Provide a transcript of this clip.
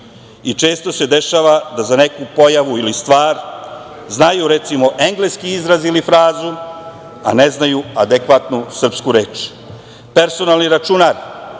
često se dešava da za neku pojavu ili stvar znaju recimo engleski izraz ili frazu, a ne znaju adekvatnu srpsku reč. Personalni računar,